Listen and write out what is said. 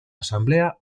asamblea